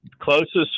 closest